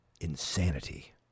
Insanity